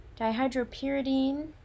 Dihydropyridine